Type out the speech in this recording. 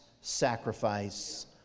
sacrifice